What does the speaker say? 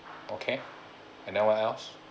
okay and then what else